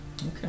Okay